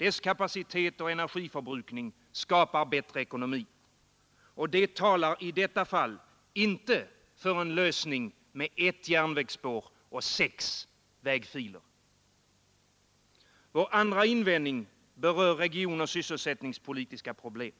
Deras kapacitet och energiförbrukning skapar bättre ekonomi. Och det talar i detta fall inte för en lösning med ett järnvägsspår och sex vägfiler. Vår andra invändning berör regionoch sysselsättningspolitiska problem.